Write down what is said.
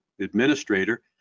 administrator